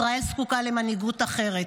ישראל זקוקה למנהיגות אחרת,